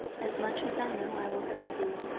as much as i know i will tell thee.